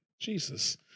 Jesus